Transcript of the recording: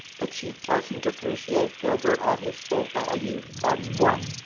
but she doesn't appreciate gilbert at his full value, that's what.